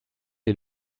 est